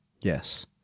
Yes